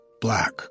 black